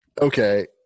Okay